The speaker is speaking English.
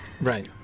right